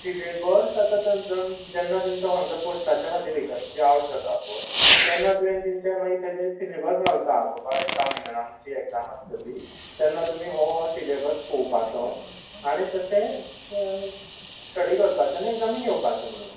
syllabus आतां तांचो जेन्ना खंयच्या पोस्टाच्या खातीर वेकंसी आवट जाता पळय तेन्ना तुवें तेंच्या मागीर ते सिलेबस घालता बाबा एका म्हयन्यान आमची एग्जाम आसतली तेन्ना तुमी हो हो सिलेबस पळोवपाचो आनी तशें स्टडी करपाचें आनी एग्जामीक येवपाचें म्हणून